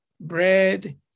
bread